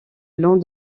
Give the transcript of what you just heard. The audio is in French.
long